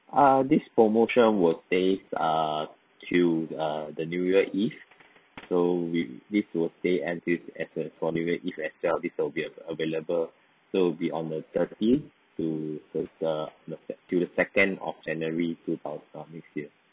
uh this promotion will stay uh till uh the new year eve so will this will stay until as as a for new year eve as well this will be av~ available so it'll be on the thirty to it's uh the that period second of january two thou~ uh next year